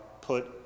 put